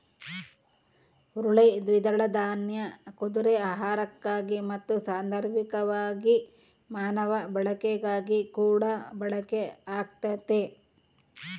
ಹುರುಳಿ ದ್ವಿದಳ ದಾನ್ಯ ಕುದುರೆ ಆಹಾರಕ್ಕಾಗಿ ಮತ್ತು ಸಾಂದರ್ಭಿಕವಾಗಿ ಮಾನವ ಬಳಕೆಗಾಗಿಕೂಡ ಬಳಕೆ ಆಗ್ತತೆ